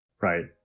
Right